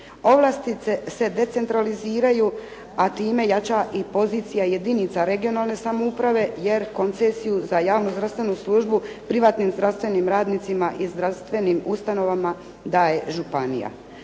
Ovlasti se decentraliziraju, a time jača i pozicija jedinica regionalne samouprave jer koncesiju za javno-zdravstvenu službu privatnim zdravstvenim radnicima i zdravstvenim ustanovama daje županija.